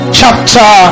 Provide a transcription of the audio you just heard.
chapter